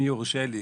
אם יורשה לי,